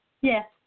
Yes